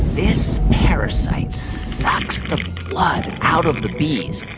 this parasite sucks the blood out of the bees,